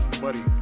buddy